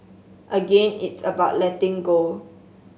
again it's about letting go